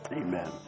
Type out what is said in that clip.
Amen